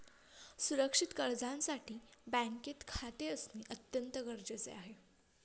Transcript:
सुरक्षित कर्जासाठी बँकेत खाते असणे अत्यंत गरजेचे आहे